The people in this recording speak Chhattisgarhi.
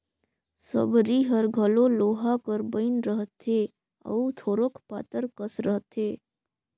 सबरी हर घलो लोहा कर बइन रहथे अउ थोरोक पातर कस रहथे